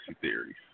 theories